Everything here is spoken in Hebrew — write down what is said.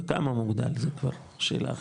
בכמה מוגדל, זו כבר שאלה אחרת.